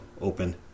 open